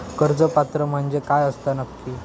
कर्ज पात्र म्हणजे काय असता नक्की?